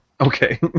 Okay